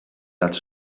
lat